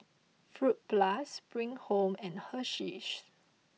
Fruit Plus Spring Home and Hersheys